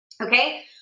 Okay